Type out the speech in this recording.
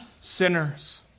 sinners